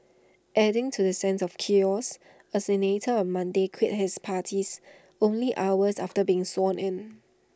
adding to the sense of chaos A senator on Monday quit his parties only hours after being sworn in